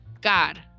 God